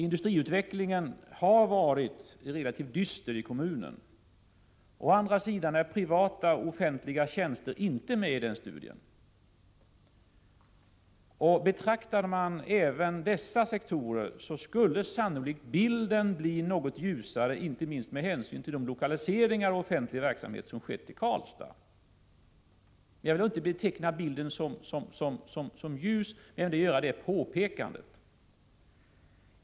Industriutvecklingen har varit relativt dyster i kommunen. Å andra sidan är privata och offentliga tjänster inte med i studien. Betraktade man även dessa sektorer skulle bilden sannolikt bli något ljusare, inte minst med hänsyn till de lokaliseringar av offentlig verksamhet som skett till Karlstad. Jag vill inte beteckna bilden som ljus, men jag gör ändå detta påpekande.